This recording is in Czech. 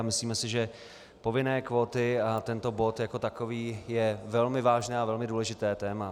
Myslíme si, že povinné kvóty a tento bod jako takový je velmi vážné a velmi důležité téma.